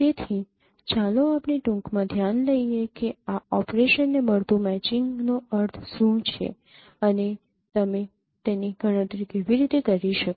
તેથી ચાલો આપણે ટૂંકમાં ધ્યાનમાં લઈએ કે આ ઓપરેશનને મળતું મેચિંગનો અર્થ શું છે અને તમે તેની ગણતરી કેવી રીતે કરી શકો